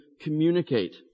communicate